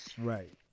Right